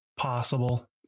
possible